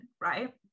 right